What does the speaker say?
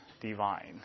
divine